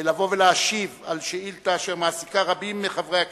לבוא ולהשיב על שאילתא שמעסיקה רבים מחברי הכנסת,